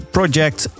Project